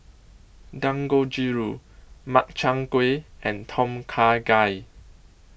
Dangojiru Makchang Gui and Tom Kha Gai